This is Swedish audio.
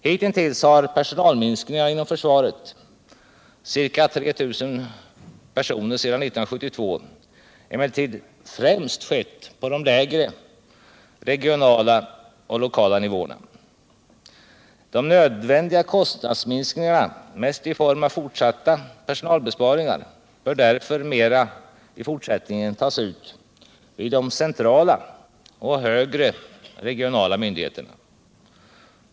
Hittills har personalminskningarna inom försvaret — ca 3 000 personer sedan 1972 — emellertid främst skett på de lägre regionala och lokala nivåerna. De nödvändiga kostnadsminskningarna, mest i form av fortsatta personalbesparingar, bör därför i fortsättningen mer tas ut vid de centrala och högre regionala myndigheterna.